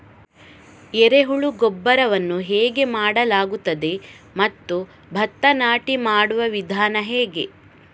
ಎರೆಹುಳು ಗೊಬ್ಬರವನ್ನು ಹೇಗೆ ಮಾಡಲಾಗುತ್ತದೆ ಮತ್ತು ಭತ್ತ ನಾಟಿ ಮಾಡುವ ವಿಧಾನ ಹೇಗೆ?